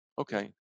okay